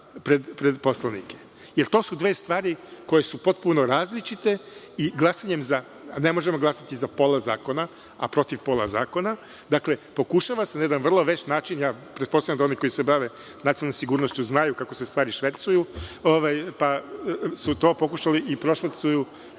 pred poslanike. Zato što su to dve stvari koje su potpuno različite i ne možemo glasati za pola zakona, a protiv pola zakona. Dakle, pokušava se na jedan vrlo vešt način, pretpostavljam da oni koji se bave nacionalnom sigurnošću znaju kako se stvari švercuju, pa su to pokušali da prošvercuju